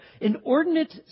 inordinate